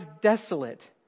desolate